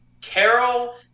Carol